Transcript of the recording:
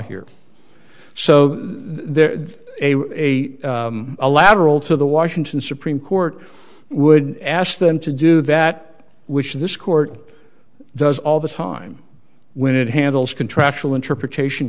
here so there's a a lateral to the washington supreme court wouldn't ask them to do that which this court does all the time when it handles contractual interpretation